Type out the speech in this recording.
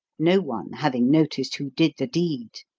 no one having noticed who did the deed.